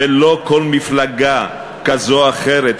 ולא כל מפלגה כזו או אחרת,